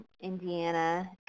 Indiana